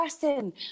person